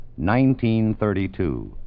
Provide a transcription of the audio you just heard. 1932